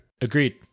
Agreed